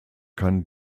kann